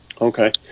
Okay